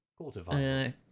Quarterfinal